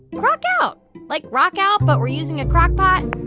crock out like rock out, but we're using a crockpot?